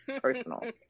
personal